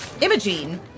Imogene